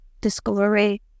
discovery